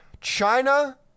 China